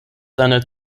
seine